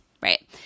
right